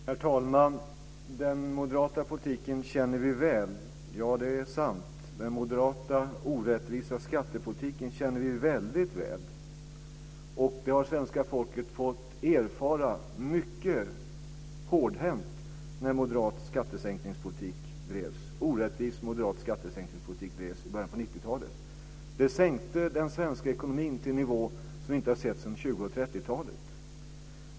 Herr talman! "Den moderata politiken känner vi väl". Ja, det är sant. Den moderata orättvisa skattepolitiken känner vi väldigt väl. Det har svenska folket fått erfara mycket hårdhänt när orättvis moderat skattesänkningspolitik drevs i början på 90-talet. Den sänkte den svenska ekonomin till en nivå som vi inte har sett sedan 20 och 30-talet.